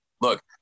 look